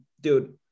dude